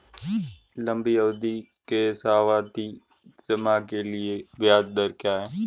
लंबी अवधि के सावधि जमा के लिए ब्याज दर क्या है?